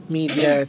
media